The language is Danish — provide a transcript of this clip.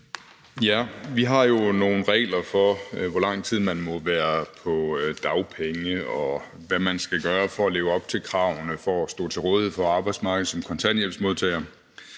Vi har jo nogle regler for, hvor lang tid man må være på dagpenge, og hvad man skal gøre for at leve op til kravene om at stå til rådighed for arbejdsmarkedet som kontanthjælpsmodtager,